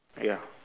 ya